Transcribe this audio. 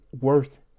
worth